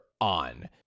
on